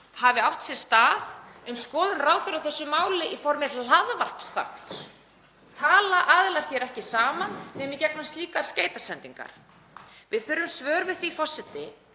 hafi átt sér stað um skoðun ráðherra á þessu máli í formi hlaðvarpsþáttar. Tala aðilar hér ekki saman nema í gegnum slíkar skeytasendingar? Við þurfum svör við því, forseti,